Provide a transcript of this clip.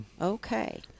okay